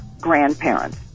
grandparents